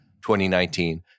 2019